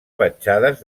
petjades